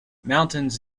mountains